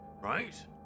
Right